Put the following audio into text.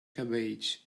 cabbage